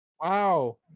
Wow